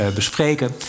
bespreken